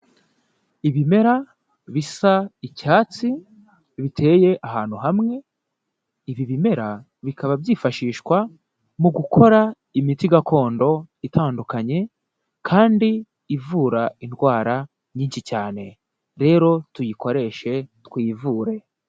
Ibimera bisa icyatsi biteye ahantu hamwe, ibi bimera bikaba byifashishwa mu gukora imiti gakondo itandukanye kandi ivura indwara nyinshi cyane, rero tuyikoreshe twivure.